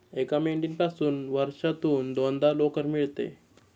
एका मेंढीपासून वर्षातून दोनदा लोकर मिळते